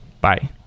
Bye